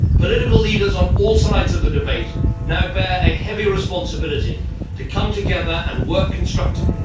political leaders on all sides of the debate now bear a heavy responsibility to come together and work constructively,